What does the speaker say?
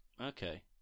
Okay